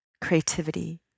creativity